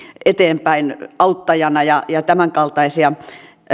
eteenpäin auttajana ja ja tämänkaltaisia